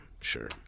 sure